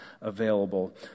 available